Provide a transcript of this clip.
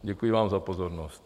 Děkuji vám za pozornost.